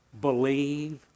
Believe